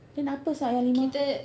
then apa sia yang lima